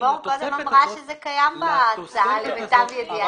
לימור קודם אמרה שזה קיים בהצעה למיטב ידיעתה.